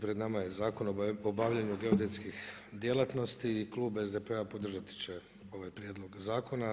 Pred nama je Zakon o obavljanju geodetskih djelatnosti i klub SDP-a podržati će ovaj prijedlog zakona.